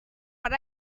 but